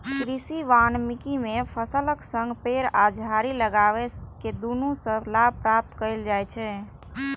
कृषि वानिकी मे फसलक संग पेड़ आ झाड़ी कें लगाके दुनू सं लाभ प्राप्त कैल जाइ छै